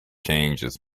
changes